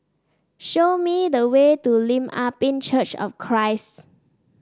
show me the way to Lim Ah Pin Church of Christ